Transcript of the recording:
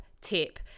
tip